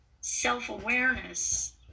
self-awareness